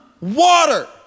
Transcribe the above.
water